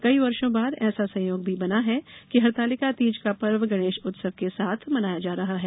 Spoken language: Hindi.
कई वर्षो बाद ऐसा संयोग भी बना है जब हरतालिका तीज का पर्व गणेश उत्सव के साथ मनाया जा रहा है